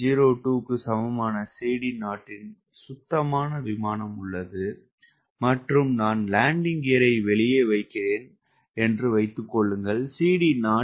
02 க்கு சமமான CD0 இன் சுத்தமான விமானம் உள்ளது மற்றும் நான் லேண்டிங் கியரை வெளியே வைக்கிறேன் என்று வைத்துக் கொள்ளுங்கள்CD0 0